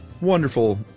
wonderful